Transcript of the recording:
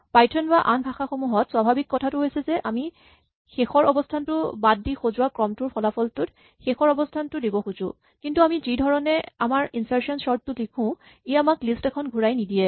Python বা আন ভাষাসমূহত স্বাভাৱিক কথাটো হৈছে যে আমি শেষৰ অৱস্হানটো বাদ দি সজোৱা ক্ৰমটোৰ ফলাফলটোত শেষৰ অৱস্হানটো দিব খোজো কিন্তু আমি যিধৰণে আমি আমাৰ ইনৰ্চাচন চৰ্ট টো লিখো ই আমাক লিষ্ট এখন ঘূৰাই নিদিয়ে